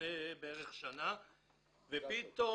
לפני בערך שנה ופתאום